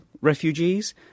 refugees